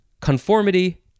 conformity